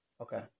Okay